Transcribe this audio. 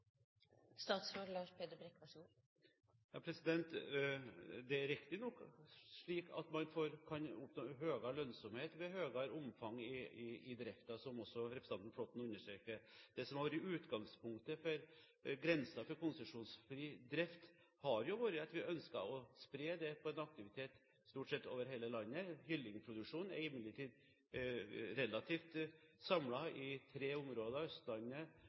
Det er riktignok slik at man kan oppnå høyere lønnsomhet med høyere omfang i driften, som representanten Flåtten understrekte. Det som har vært utgangspunktet for grensen for konsesjonsfri drift, har vært at vi ønsker å spre aktiviteten over stort sett hele landet. Kyllingproduksjonen er imidlertid relativt samlet i tre områder: